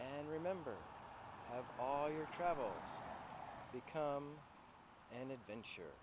and remember have all your travel become an adventure